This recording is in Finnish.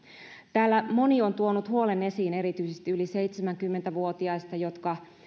täällä moni on tuonut esiin huolen erityisesti yli seitsemänkymmentä vuotiaista jotka